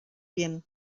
bien